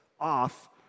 off